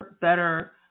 better